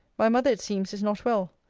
my mother, it seems is not well.